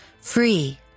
free